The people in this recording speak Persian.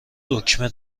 دکمه